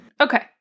Okay